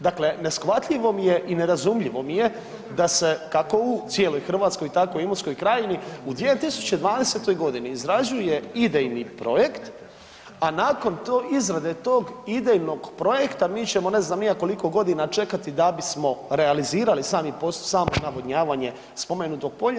Dakle, neshvatljivo mi je i nerazumljivo mi je da se kako u cijeloj Hrvatskoj, tako u Imotskoj krajini u 2020. godini izrađuje idejni projekt, a nakon izrade tog idejnog projekta mi ćemo ne znam ni ja koliko godina čekati da bismo realizirali samo navodnjavanje spomenutog polja.